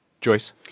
Joyce